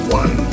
one